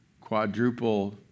quadruple